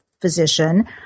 physician